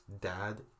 dad